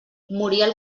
muriel